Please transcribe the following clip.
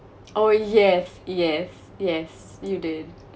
oh yes yes yes you did